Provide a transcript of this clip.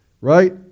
Right